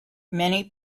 many